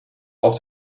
auch